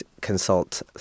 consult